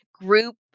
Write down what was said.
Group